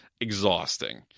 exhausting